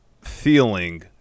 feeling